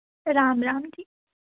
ਰਾਮ ਰਾਮ ਜੀ